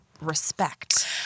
respect